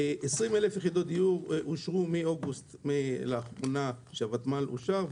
20,000 יחידות דיור אושרו מאוגוסט לאחר שהוותמ"ל אושר,